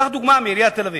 קח דוגמה מעיריית תל-אביב.